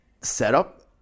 setup